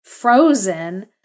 frozen